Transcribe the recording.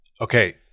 Okay